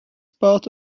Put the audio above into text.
part